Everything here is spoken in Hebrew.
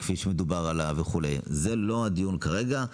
כפי שמדובר עליו וכולי זה לא הדיון כרגע.